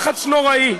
לחץ נוראי.